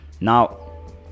now